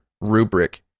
rubric